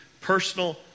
personal